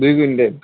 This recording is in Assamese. দুই কুইণ্টেল